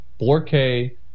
4K